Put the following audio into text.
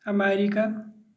America